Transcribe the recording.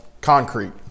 concrete